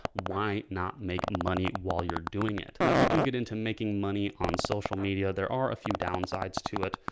why not make money while you're doing it. now, if you do get into making money on social media, there are a few downsides to it.